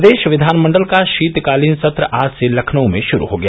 प्रदेश विधानमंडल का शीतकालीन सत्र आज से लखनऊ में शुरू हो गया